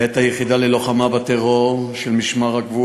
ואת היחידה ללוחמה בטרור של משמר הגבול